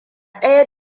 ɗaya